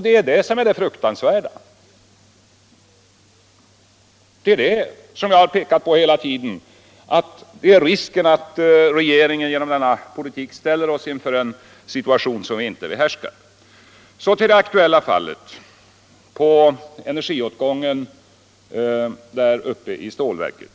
Det är det som är det fruktansvärda! Det är också det som jag har pekat på hela tiden, nämligen risken för att regeringen genom sin politik ställer oss i en situation som vi inte behärskar. Så till det aktuella fallet och energiåtgången där uppe i stålverket!